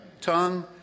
tongue